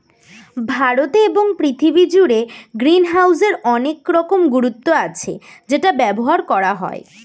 ভারতে এবং পৃথিবী জুড়ে গ্রিনহাউসের অনেক রকমের গুরুত্ব আছে যেটা ব্যবহার করা হয়